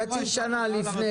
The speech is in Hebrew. חצי שנה לפני